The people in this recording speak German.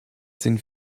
sind